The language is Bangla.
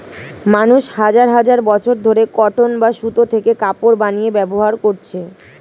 মানুষ হাজার হাজার বছর ধরে কটন বা সুতো থেকে কাপড় বানিয়ে ব্যবহার করছে